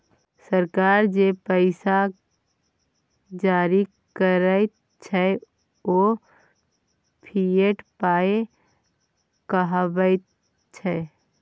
सरकार जे पैसा जारी करैत छै ओ फिएट पाय कहाबैत छै